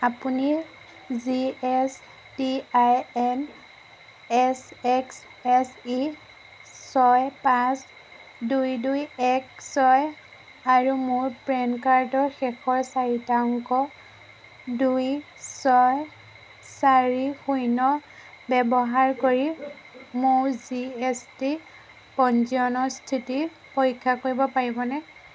আপুনি G S T I N S X S E ছয় পাঁচ দুই দুই এক ছয় আৰু মোৰ পেন কাৰ্ডৰ শেষৰ চাৰিটা অংক দুই ছয় চাৰি শূন্য ব্যৱহাৰ কৰি মোৰ জি এছ টি পঞ্জীয়নৰ স্থিতি পৰীক্ষা কৰিব পাৰিবনে